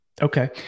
Okay